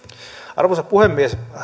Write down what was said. arvoisa puhemies